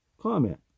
Comment